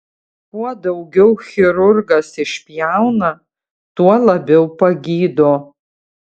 kuo daugiau chirurgas išpjauna tuo labiau pagydo